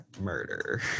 murder